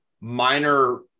minor